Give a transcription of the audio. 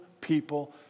people